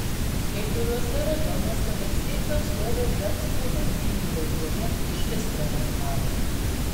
kai kuriuose rajonuose valstiečių atstovai zemstvų valdybų veikloje išvis nedalyvavo